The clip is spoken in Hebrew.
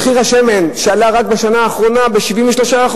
מחיר השמן עלה רק בשנה האחרונה ב-73%.